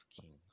kings